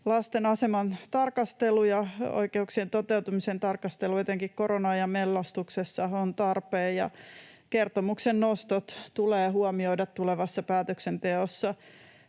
Lasten aseman tarkastelu ja oikeuksien toteutumisen tarkastelu etenkin korona-ajan mellastuksessa ovat tarpeen. Kertomuksen nostot tulee huomioida tulevassa päätöksenteossa